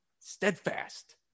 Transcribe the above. steadfast